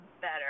better